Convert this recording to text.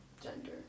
gender